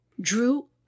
Drew